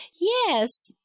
Yes